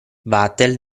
vatel